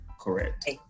correct